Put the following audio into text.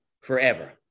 forever